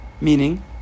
Meaning